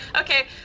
Okay